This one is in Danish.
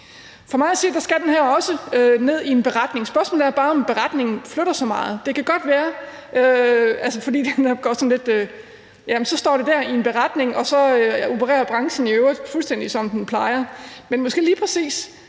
For mig at se skal det her også ned i en beretning. Spørgsmålet er bare, om en beretning flytter så meget, fordi det er sådan, at så står det dér i en beretning, og så opererer branchen i øvrigt, fuldstændig som den plejer. Men måske lige præcis